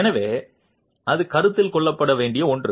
எனவே அது கருத்தில் கொள்ளப்பட வேண்டிய ஒன்று